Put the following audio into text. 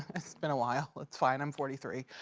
it's been a while. it's fine i'm forty three.